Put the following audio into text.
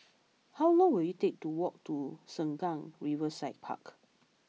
how long will it take to walk to Sengkang Riverside Park